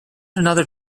another